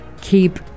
keep